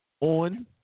on